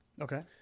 Okay